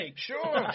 Sure